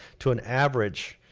to an average